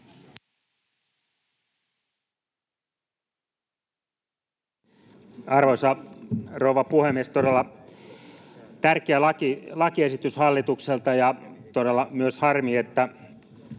Arvoisa rouva puhemies! Todella tärkeä lakiesitys hallitukselta, ja on todella myös harmi, että